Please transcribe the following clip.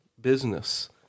business